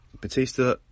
Batista